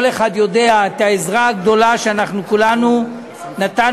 כל אחד יודע את העזרה הגדולה שאנחנו כולנו נתנו